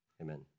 amen